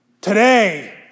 Today